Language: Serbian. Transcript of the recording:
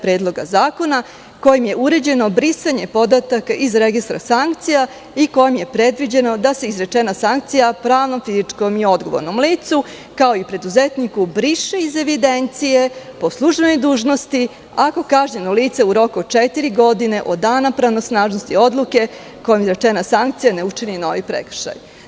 Predloga zakona kojim je uređeno brisanje podataka iz registra sankcija i kojim je predviđeno da se izrečena sankcija pravnom fizičkom i odgovornom licu, kao i preduzetniku, briše iz evidencije po službenoj dužnosti ako kažnjeno lice u roku od četiri godine od dana pravnosnažnosti odluke, kojom je izrečena sankcija, ne učini novi prekršaj.